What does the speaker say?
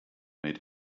made